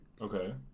Okay